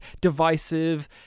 divisive